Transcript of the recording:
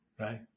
right